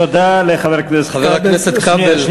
תודה לחבר הכנסת כבל.